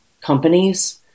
companies